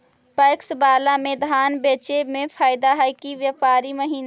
PACS बाला में धान बेचे मे फायदा है कि व्यापारी महिना?